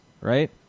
right